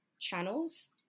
channels